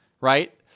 right